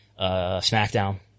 SmackDown